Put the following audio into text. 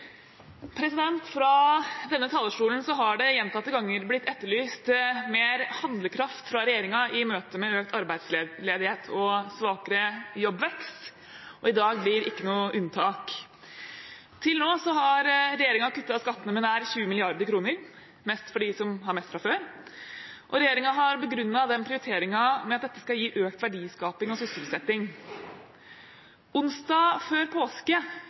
Fra denne talerstolen har det gjentatte ganger blitt etterlyst mer handlekraft fra regjeringen i møte med økt arbeidsledighet og svakere jobbvekst, og i dag blir ikke noe unntak. Til nå har regjeringen kuttet skattene med nær 20 mrd. kr – mest for dem som har mest fra før – og regjeringen har begrunnet den prioriteringen med at dette skal gi økt verdiskaping og sysselsetting. Onsdag før påske